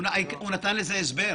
הוא נתן לזה הסבר?